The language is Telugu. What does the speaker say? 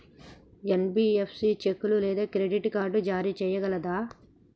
ఎన్.బి.ఎఫ్.సి చెక్కులు లేదా క్రెడిట్ కార్డ్ జారీ చేయగలదా?